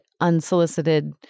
unsolicited